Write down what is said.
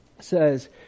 says